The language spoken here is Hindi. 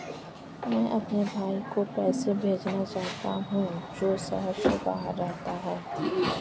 मैं अपने भाई को पैसे भेजना चाहता हूँ जो शहर से बाहर रहता है